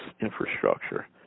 infrastructure